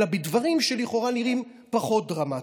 אלא בדברים שלכאורה נראים פחות דרמטיים: